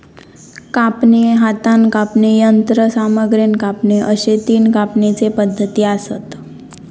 कापणी, हातान कापणी, यंत्रसामग्रीन कापणी अश्ये तीन कापणीचे पद्धती आसत